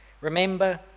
Remember